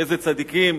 איזה צדיקים.